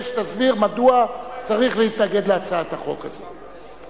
שתסביר מדוע צריך להתנגד להצעת החוק הזאת.